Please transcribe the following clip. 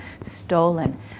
stolen